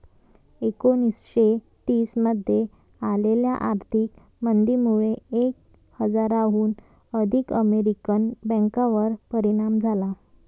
एकोणीसशे तीस मध्ये आलेल्या आर्थिक मंदीमुळे एक हजाराहून अधिक अमेरिकन बँकांवर परिणाम झाला